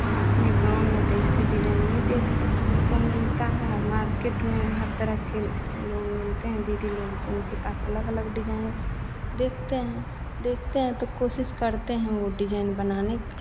वहाँ अपने गाँव में त ऐसे डिजाइन नहीं देखने को मिलता है मार्केट में हर तरह के लोग मिलते हैं दीदी लोग तो उनके पास अलग अलग डिजाइन देखते हैं देखते हैं तो कोशिश करते हैं हम लोग डिजाइन बनाने की